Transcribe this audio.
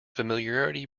familiarity